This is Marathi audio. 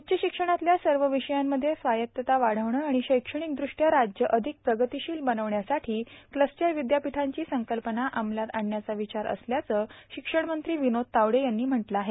उच्च शिक्षणातल्या सर्व विषयांमध्ये स्वायत्तता वाढवणं आणि शैक्षणिक दृष्ट्या राज्य अधिक प्रगतशील बनवण्यासाठी क्लस्टर विद्यापीठांची संकल्पना अंमलात आणण्याचा विचार असल्याचं शिक्षण मंत्री विनोद तावडे यांनी म्हटलं आहे